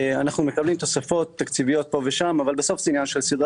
אנחנו מקבלים תוספות תקציביות פה ושם אבל בסוף זה עניין של סדרי